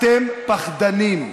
אתם פחדנים.